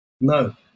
No